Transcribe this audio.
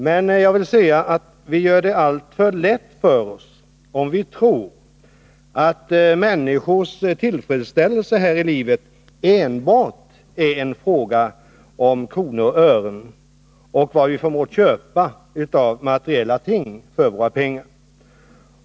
Men vi gör det alltför lätt för oss om vi tror att människors tillfredsställelse här i livet enbart är en fråga om kronor och ören och om vad vi förmår köpa av materiella ting för våra pengar.